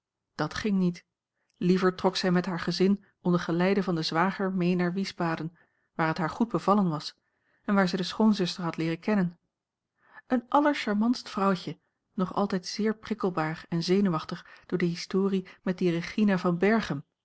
dat ging niet liever trok zij met haar gezin onder geleide van den zwager mee naar wiesbaden waar het haar goed bevallen was en waar zij de schoonzuster had leeren kennen een allercharmantst vrouwtje nog altijd zeer prikkelbaar en zenuwachtig door de historie met die regina van